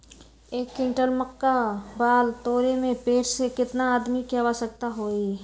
एक क्विंटल मक्का बाल तोरे में पेड़ से केतना आदमी के आवश्कता होई?